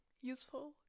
useful